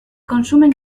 consumen